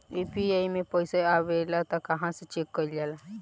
UPI मे पइसा आबेला त कहवा से चेक कईल जाला?